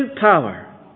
power